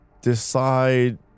decide